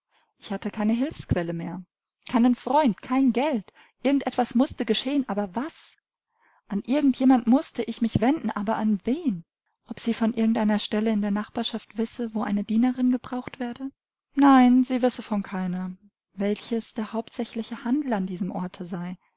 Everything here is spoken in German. ich hatte keine hilfsquelle mehr keinen freund kein geld irgend etwas mußte geschehen aber was an irgend jemand mußte ich mich wenden aber an wen ob sie von irgend einer stelle in der nachbarschaft wisse wo eine dienerin gebraucht werde nein sie wisse von keiner welches der hauptsächliche handel an diesem orte sei